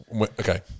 Okay